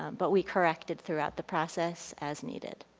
but we corrected throughout the process as needed.